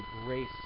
grace